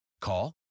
call